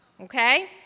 Okay